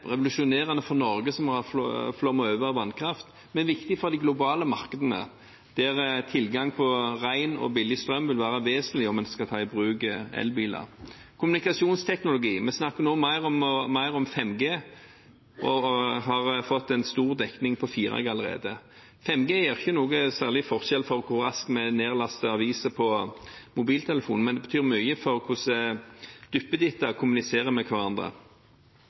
har flommet over av vannkraft, men det er viktig for de globale markedene der tilgang på ren og billig strøm vil være vesentlig om man skal ta i bruk elbiler. Kommunikasjonsteknologi – vi snakker nå mer og mer om 5G, og 4G har fått stor dekning allerede. 5G gjør ingen særlig forskjell for hvor raskt vi laster ned aviser på mobiltelefonen, men betyr mye for hvordan duppeditter kan kommunisere med hverandre